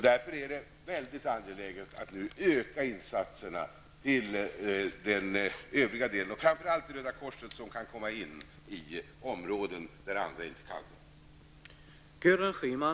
Därför är det angeläget att öka insatserna till övriga delar. Framför allt gäller det Röda korset, som kan komma in i områden där andra inte kommer in.